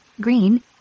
green